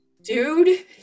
dude